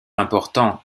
important